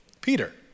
Peter